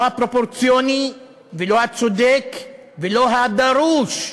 לא הפרופורציוני ולא הצודק, ולא הדרוש,